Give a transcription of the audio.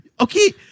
Okay